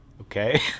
Okay